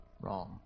wrong